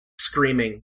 screaming